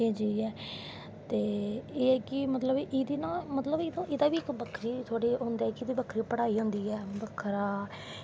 एह् चीज़ ऐ ते एह् ऐ कि मतलव एह्दा बी बक्खरा होंदा ऐ कि एह्दा बक्खरी पढ़ाई होंदी ऐ बक्खरा